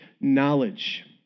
knowledge